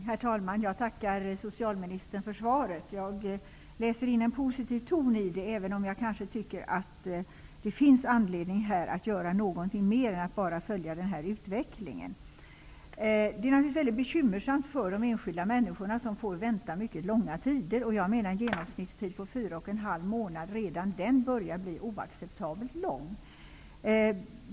Herr talman! Jag tackar socialministern för svaret. Jag läser in en positiv ton i det, även om jag kanske tycker att det här finns anledning att göra någonting mer än att bara följa utvecklingen. Det är naturligtvis mycket bekymmersamt för de enskilda människor som får vänta mycket långa tider. Jag menar att redan en genomsnittstid på fyra och en halv månad börjar bli oacceptabelt lång.